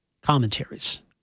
commentaries